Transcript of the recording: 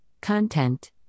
content